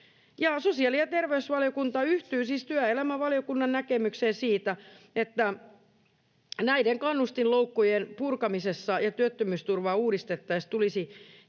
Sosiaali- ja terveysvaliokunta yhtyy siis työelämävaliokunnan näkemykseen siitä, että näiden kannustinloukkujen purkamisessa ja työttömyysturvaa uudistettaessa tulisi kehittää